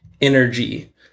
energy